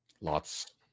lots